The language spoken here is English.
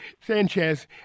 Sanchez